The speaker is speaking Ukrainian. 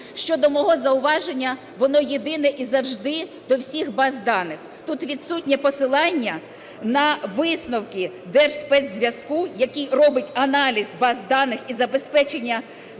Щодо мого зауваження, воно єдине і завжди до всіх баз даних: тут відсутнє посилання на висновки Держспецзв'язку, який робить аналіз баз даних і забезпечення захисту